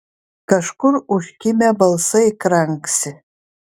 kažkur užkimę balsai kranksi